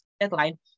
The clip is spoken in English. deadline